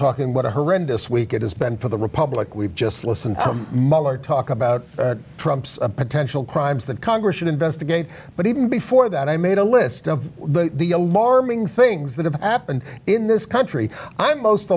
talking what a horrendous week it has been for the republic we've just listened to muller talk about potential crimes that congress should investigate but even before that i made a list of the alarming things that have happened in this country i'm most